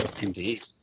Indeed